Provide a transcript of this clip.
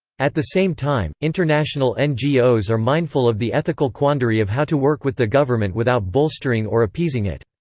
at the same time, international ngos are mindful of the ethical quandary of how to work with the government without bolstering or appeasing it.